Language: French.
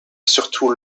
surtout